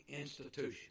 institution